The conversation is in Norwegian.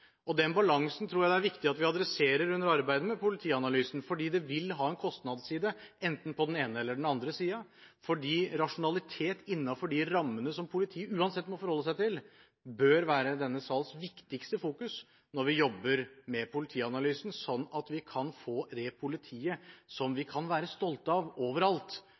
på den ene siden og det å ha utrykningskapasitet til å komme når folk virkelig er i nød. Denne balansen tror jeg det er viktig at vi adresserer under arbeidet med politianalysen, for dette vil ha en kostnadsside, enten på den ene eller på den andre siden. Rasjonalitet innenfor de rammene som politiet uansett må forholde seg til, bør være denne sals viktigste fokusering når vi jobber med politianalysen, slik at vi overalt kan få det